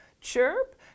chirp